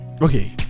okay